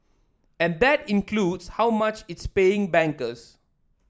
and that includes how much it's paying bankers